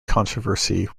controversy